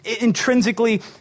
intrinsically